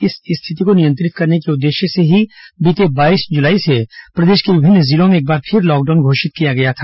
इस स्थिति को नियंत्रित करने के उद्देश्य से ही बीते बाईस जुलाई से प्रदेश के विभिन्न जिलों में एक बार फिर लॉकडाउन घोषित किया गया था